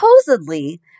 supposedly